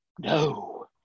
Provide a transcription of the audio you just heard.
No